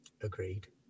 agreed